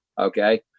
Okay